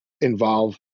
involve